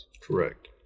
correct